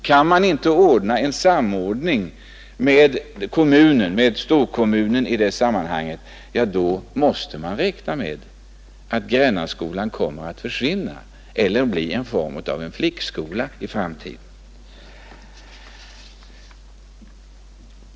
Kan man inte åstadkomma en samordning med storkommunen i det sammanhanget, då måste man räkna med att Grännaskolan kommer att försvinna eller bli en form av flickskola i framtiden.